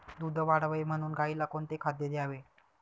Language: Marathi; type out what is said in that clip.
दूध वाढावे म्हणून गाईला कोणते खाद्य द्यावे?